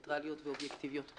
ניטרליות ואובייקטיביות.